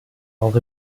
auch